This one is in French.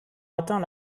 atteint